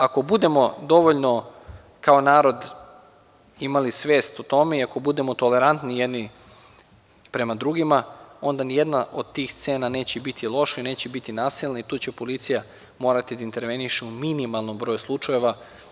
Ako budemo dovoljno kao narod imali svest o tome i ako budemo tolerantni jedni prema drugima onda nijedna od tih scena neće biti loša i neće biti nasilna i tu će policija morati da interveniše u minimalnom broju slučajeva.